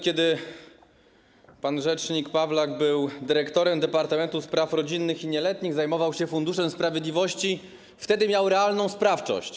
Kiedy pan rzecznik Pawlak był dyrektorem Departamentu Spraw Rodzinnych i Nieletnich, zajmował się Funduszem Sprawiedliwości, wtedy miał realną sprawczość.